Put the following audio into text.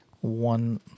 one